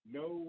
no